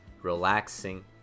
relaxing